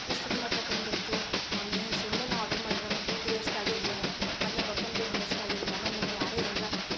ಇಷ್ಟು ದಿನ ತಕೊಂಡ್ ಬಿಡ್ತು ಒಮ್ಮೆ ಸುಮ್ಮನೆ ನಾನು ಆರ್ಡರ್ ಮಾಡಿದ್ನ ಮತ್ತು ದುಡ್ಡು ವೇಸ್ಟ್ ಆಗ್ಯವೇನ ಮತ್ತು ನಮ್ಮ ಪಪ್ಪನ ದುಡ್ಡು ವೇಸ್ಟ್ ಆಗಿದೇನ ಮತ್ತು ನಮ್ಗೆ ಯಾರೋ ಏನಾರ